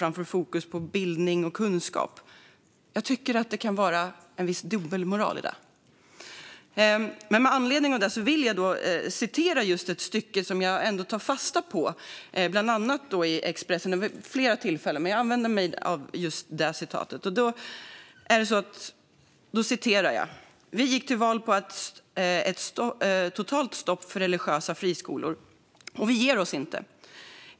Men jag tycker att det kan finnas en viss dubbelmoral i att tillåta religiös uppfostran i skolan framför fokus på bildning och kunskap. Med anledning av det ska jag citera ett stycke i Expressen som jag tagit fasta på: "Vi gick till val på ett totalt stopp för religiösa friskolor och vi ger oss inte.